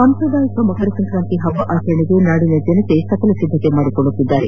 ಸಾಂಪ್ರದಾಯಿಕ ಮಕರ ಸಂಕ್ರಾಂತಿ ಹಬ್ಬ ಆಚರಣೆಗೆ ನಾಡಿನ ಜನತೆ ಸಕಲ ಸಿದ್ದತೆ ಮಾಡಿಕೊಳ್ಳುತ್ತಿದ್ದಾರೆ